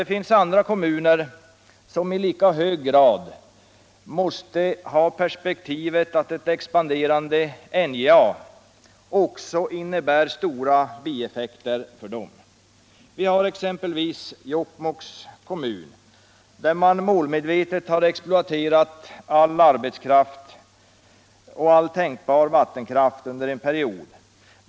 Det finns andra kommuner som i lika hög grad förväntar att ett expanderande NJA skall innebära gynnsamma bieffekter. Vi har exempelvis Jokkmokks kommun, där man under en period målmedvetet har exploaterat alla arbetskraft och all tänkbar vattenkraft.